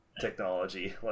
technology